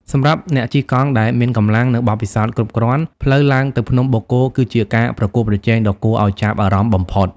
សម្រាប់អ្នកជិះកង់ដែលមានកម្លាំង និងបទពិសោធន៍គ្រប់គ្រាន់ ផ្លូវឡើងទៅភ្នំបូកគោគឺជាការប្រកួតប្រជែងដ៏គួរឱ្យចាប់អារម្មណ៍បំផុត។